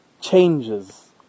changes